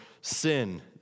sin